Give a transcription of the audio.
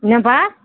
என்னப்பா